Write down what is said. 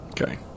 Okay